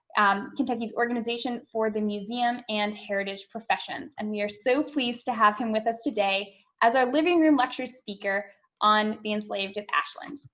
um, kentucky's organization for the museum and heritage professions, and we are so pleased to have him with us today as our living room lecture speaker on the enslaved at ashland.